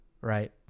right